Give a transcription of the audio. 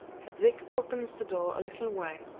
hedvig opens the door a little way.